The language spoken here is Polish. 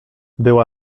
była